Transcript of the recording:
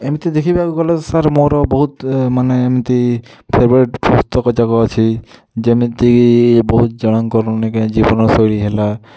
ଏମିତି ଦେଖିବାକୁ ଗଲେ ସାର୍ ମୋର ବହୁତ୍ ମାନେ ଏମ୍ତି ଫେଭ୍ରାଇଟ୍ ପୁସ୍ତକ ଯାକ ଅଛି ଯେମିତି ବହୁତ୍ ଜଣଙ୍କର ଜୀବନ ଶୈଳୀ ହେଲା